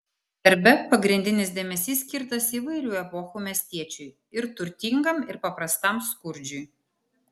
darbe pagrindinis dėmesys skirtas įvairių epochų miestiečiui ir turtingam ir paprastam skurdžiui